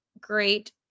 great